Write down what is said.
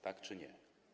Tak czy nie?